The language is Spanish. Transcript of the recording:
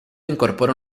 incorpora